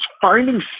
finding